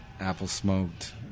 apple-smoked